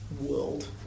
world